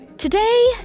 Today